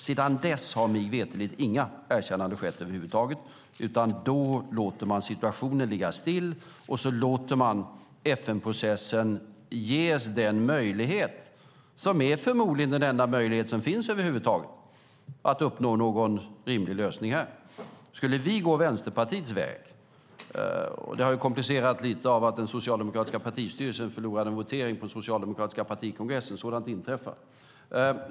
Sedan dess har mig veterligt inga erkännanden skett över huvud taget, utan då låter man situationen ligga still och man låter FN-processen få den möjlighet som förmodligen är den enda som över huvud taget finns att uppnå någon rimlig lösning. Det hela har komplicerats lite av att den socialdemokratiska partistyrelsen förlorade en votering på den socialdemokratiska partikongressen. Sådant inträffar.